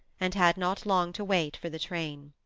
and had not long to wait for the train.